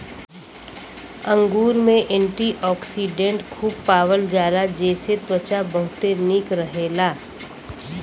अंगूर में एंटीओक्सिडेंट खूब पावल जाला जेसे त्वचा बहुते निक रहेला